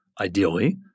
ideally